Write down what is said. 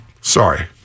Sorry